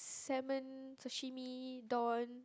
salmon sashimi don